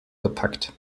gepackt